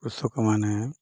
କୃଷକମାନେ